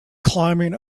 climbing